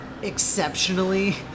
exceptionally